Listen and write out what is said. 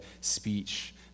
speech